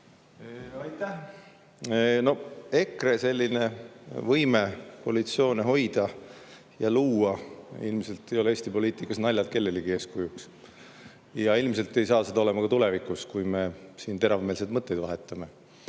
Aitäh! EKRE võime koalitsioone hoida ja luua ilmselt ei ole Eesti poliitikas naljalt kellelegi eeskujuks, ilmselt ei saa seda olema ka tulevikus, kui me siin teravmeelseid mõtteid vahetame.